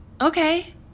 Okay